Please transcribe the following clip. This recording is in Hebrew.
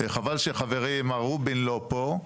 חבל שחברי מר רובין לא פה.